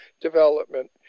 development